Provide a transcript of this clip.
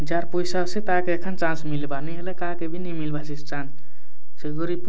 ଯାଆର ପଇସା ଆସେ ତାକେ ଏଖାନ ଚାନ୍ସ ମିଳବା ନାଇଁ ହେଲେ କାଆକେ ବି ନାଇଁ ମିଳବା ସେଇ ଚାନ୍ସ ସେ ଗରିବ